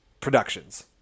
productions